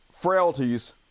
frailties